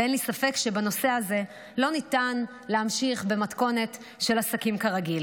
ואין לי ספק שבנושא הזה לא ניתן להמשיך במתכונת של עסקים כרגיל.